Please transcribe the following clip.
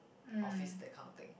office that kind of thing